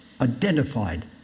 identified